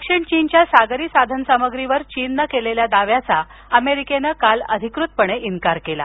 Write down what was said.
दक्षिण चीनच्या सागरी साधनसामग्रीवर चीनने केलेल्या दाव्याचा अमेरिकेने काल अधिकृतपणे इन्कार केला